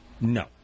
No